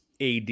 AD